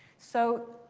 so